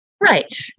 Right